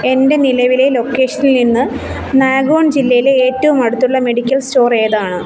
എൻ്റെ നിലവിലെ ലൊക്കേഷനിൽ നിന്ന് നാഗോൺ ജില്ലയിലെ ഏറ്റവും അടുത്തുള്ള മെഡിക്കൽ സ്റ്റോർ ഏതാണ്